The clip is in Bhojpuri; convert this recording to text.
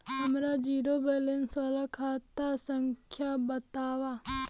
हमार जीरो बैलेस वाला खाता संख्या वतावा?